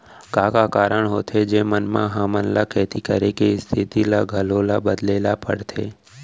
का का कारण होथे जेमन मा हमन ला खेती करे के स्तिथि ला घलो ला बदले ला पड़थे?